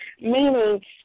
meaning